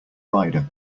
rider